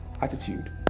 attitude